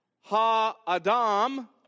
Ha-adam